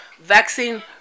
Vaccine